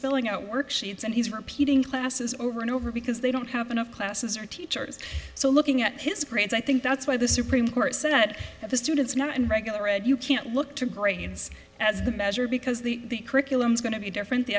filling out worksheets and he's repeating classes over and over because they don't have enough classes or teachers so looking at his grades i think that's why the supreme court said that the students not in regular ed you can't look to grades as the better because the curriculum is going to be different the